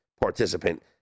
participant